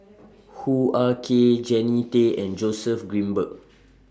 Hoo Ah Kay Jannie Tay and Joseph Grimberg